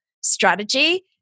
strategy